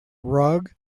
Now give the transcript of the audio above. rug